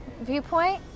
viewpoint